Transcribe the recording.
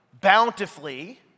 bountifully